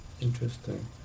Interesting